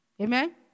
Amen